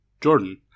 Jordan